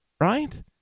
Right